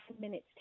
minutes